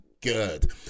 good